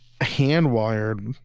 Hand-wired